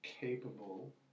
capable